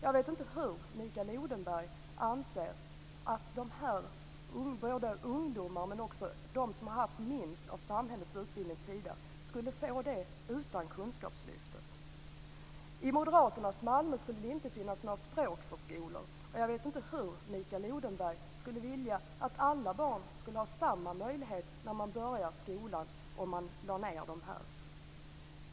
Jag vet inte hur Mikael Odenberg anser att de ungdomar och de som haft minst av samhällets utbildning tidigare skulle få det utan kunskapslyftet. I moderaternas Malmö skulle det inte finnas några språkförskolor. Jag vet inte hur Mikael Odenberg skulle se till att alla barn hade samma möjlighet när man börjar skolan, om man lade ned dem.